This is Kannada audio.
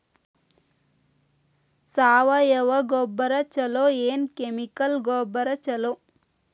ಸಾವಯವ ಗೊಬ್ಬರ ಛಲೋ ಏನ್ ಕೆಮಿಕಲ್ ಗೊಬ್ಬರ ಛಲೋ?